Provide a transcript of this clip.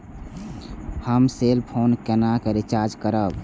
हम cell phone केना recharge करब?